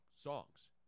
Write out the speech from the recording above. songs